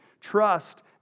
Trust